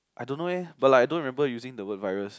I don't know eh but like I don't remember using the word virus